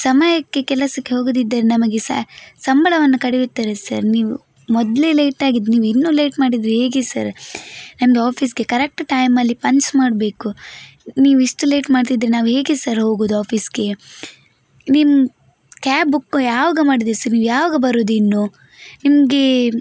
ಸಮಯಕ್ಕೆ ಕೆಲಸಕ್ಕೆ ಹೋಗದಿದ್ದರೆ ನಮಗೆ ಸ್ಯಾ ಸಂಬಳವನ್ನು ಕಡಿಯುತ್ತಾರೆ ಸರ್ ನೀವು ಮೊದಲೇ ಲೇಟಾಗಿದ್ದು ನೀವು ಇನ್ನು ಲೇಟ್ ಮಾಡಿದರೆ ಹೇಗೆ ಸರ್ ನಮ್ಮದು ಆಫೀಸ್ಗೆ ಕರೆಕ್ಟ್ ಟೈಮಲ್ಲಿ ಪಂಚ್ ಮಾಡಬೇಕು ನೀವು ಇಷ್ಟು ಲೇಟ್ ಮಾಡ್ತಿದ್ದರೆ ನಾವು ಹೇಗೆ ಸರ್ ಹೋಗೋದು ಆಫೀಸ್ಗೆ ನಿಮ್ಮ ಕ್ಯಾಬ್ ಬುಕ್ ಯಾವಾಗ ಮಾಡಿದ್ದೇವೆ ಸರ್ ನೀವು ಯಾವಾಗ ಬರೋದಿನ್ನು ನಿಮಗೆ